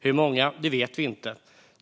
Hur många som kan behöva söka skydd här vet vi inte.